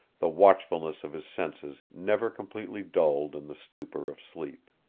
the watchfulness of his senses never completely dulled in the stupor of sleep.